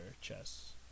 chess